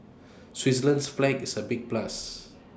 Switzerland's flag is A big plus